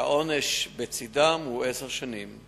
שהעונש בצדה הוא עשר שנים.